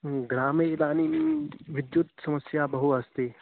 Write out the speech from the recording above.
ग्रामे इदानीं विद्युत् समस्या बहु अस्ति